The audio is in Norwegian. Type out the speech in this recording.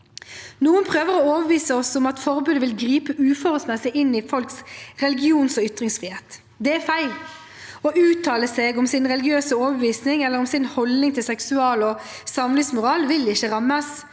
Noen prøver å overbevise oss om at forbudet vil gripe uforholdsmessig inn i folks religions- og ytringsfrihet. Det er feil. Å uttale seg om sin religiøse overbevisning eller om sin holdning til seksual- og samlivsmoral vil ikke rammes.